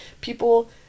people